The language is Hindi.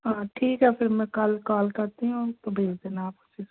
हाँ ठीक है फिर मैं कल काल करती हूँ उसको भेज देना आप फिर